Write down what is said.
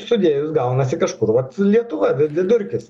sudėjus gaunasi kažkur vat lietuva vi vidurkis